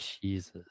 Jesus